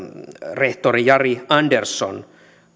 rehtori jari andersson